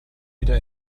wieder